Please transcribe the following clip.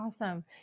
Awesome